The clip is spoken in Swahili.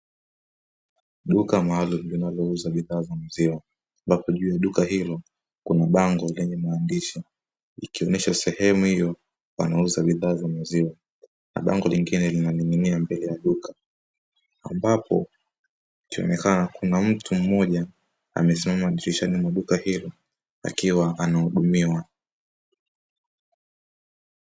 Duka maalumu linalouza bidhaa za maziwa, ambapo juu duka hilo kuna bango lenye maandishi, ikionyesha sehemu hiyo wanauza bidhaa za maziwa. Na bango lingine linaning'inia mbele ya duka, ambapo ikionekana kuna mtu mmoja amesimama dirishani mwa duka hilo akiwa anahudumiwa.